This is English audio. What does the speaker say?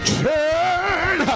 turn